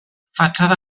fatxada